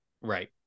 Right